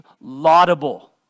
laudable